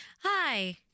Hi